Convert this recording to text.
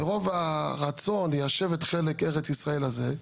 מרוב הרצון ליישב את חלק ארץ ישראל הזה,